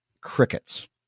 Crickets